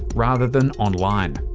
rather than online.